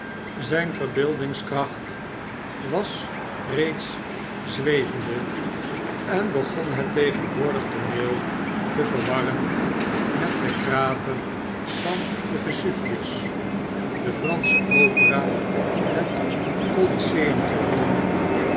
zqn verbeeldingskracht was reeds zwevende en begon het tegenwoordig tooneel te verwarren met den krater van den vesuvius de pransche opera het coliseum te rome